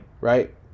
Right